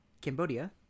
cambodia